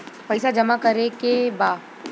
पैसा जमा करे के बा?